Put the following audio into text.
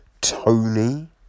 Tony